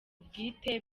bwite